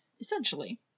essentially